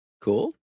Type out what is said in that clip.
Cool